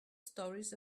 stories